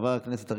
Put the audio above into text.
חבר הכנסת משה רוט,